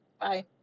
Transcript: Bye